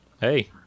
Hey